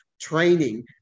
training